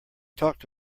talked